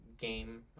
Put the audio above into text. game